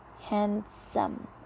Handsome